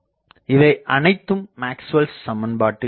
இவை அனைத்தும் Maxwell Maxwell's சமன்பாட்டில் உள்ளன